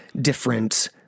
different